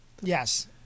Yes